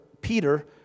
Peter